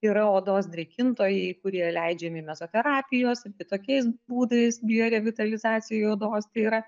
yra odos drėkintojai kurie leidžiami mezoterapijos kitokiais būdais biorevitalizacijai odos tai yra